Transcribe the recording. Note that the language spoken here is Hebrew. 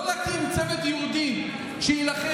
לא להקים צוות ייעודי שיילחם,